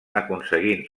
aconseguint